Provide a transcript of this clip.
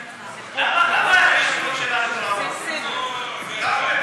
למה את השמות שלנו לא אמרת?